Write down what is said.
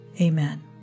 Amen